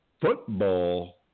football